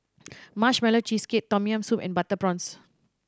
Marshmallow Cheesecake Tom Yam Soup and butter prawns